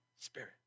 spirit